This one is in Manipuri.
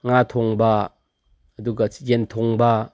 ꯉꯥ ꯊꯣꯡꯕ ꯑꯗꯨꯒ ꯌꯦꯟꯊꯣꯡꯕ